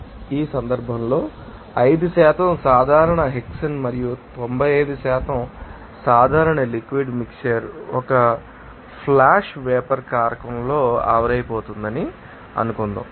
కాబట్టి ఈ సందర్భంలో 5 సాధారణ హెక్సేన్ మరియు 95 సాధారణ లిక్విడ్ మిక్శ్చర్ ఒక ఫ్లాష్ వేపర్ కారకంలో ఆవిరైపోతుందని అనుకుందాం